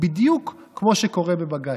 בדיוק כמו שקורה בבג"ץ.